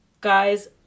Guys